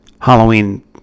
Halloween